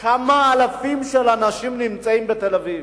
כמה אלפים של אנשים נמצאים בתל-אביב,